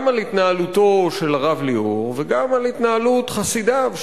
גם על התנהלותו של הרב ליאור וגם על התנהלות חסידיו,